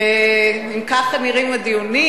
אם כך נראים הדיונים,